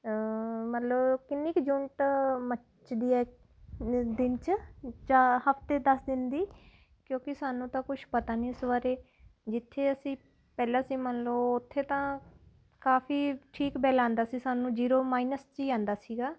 ਮਤਲਬ ਕਿੰਨੀ ਕੁ ਯੂਨਿਟ ਮੱਚਦੀ ਹੈ ਦਿਨ 'ਚ ਜਾਂ ਹਫਤੇ ਦਸ ਦਿਨ ਦੀ ਕਿਉਂਕਿ ਸਾਨੂੰ ਤਾਂ ਕੁਛ ਪਤਾ ਨਹੀਂ ਇਸ ਬਾਰੇ ਜਿੱਥੇ ਅਸੀਂ ਪਹਿਲਾਂ ਸੀ ਮੰਨ ਲਓ ਉੱਥੇ ਤਾਂ ਕਾਫੀ ਠੀਕ ਬਿੱਲ ਆਉਂਦਾ ਸੀ ਸਾਨੂੰ ਜੀਰੋ ਮਾਈਨਸ 'ਚ ਹੀ ਆਉਂਦਾ ਸੀਗਾ